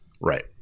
Right